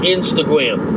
Instagram